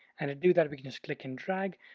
and to do that we can just click and drag,